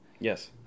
Yes